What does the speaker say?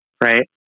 right